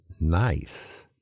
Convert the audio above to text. nice